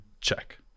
check